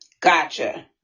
gotcha